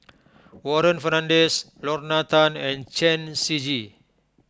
Warren Fernandez Lorna Tan and Chen Shiji